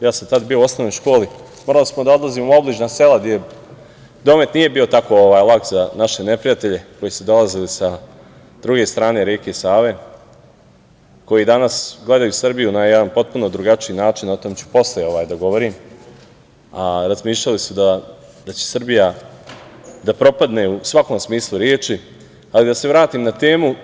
Ja sam tada bio u osnovnoj školi, morali smo da odlazimo u obližnja sela gde domet nije bio tako lak za naše neprijatelje koji su dolazili sa druge strane reke Save, koji danas gledaju Srbiju na jedan potpuno drugačiji način, o tome ću posle da govorim, razmišljali su da će Srbija da propadne u svakom smislu reči, ali da se vratim na temu.